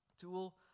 tool